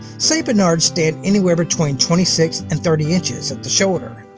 st. bernards stand anywhere between twenty six and thirty inches at the shoulder,